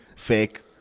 Fake